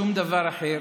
שום דבר אחר,